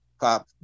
pop